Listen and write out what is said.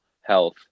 health